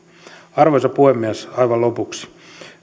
arvoisa puhemies aivan lopuksi